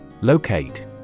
Locate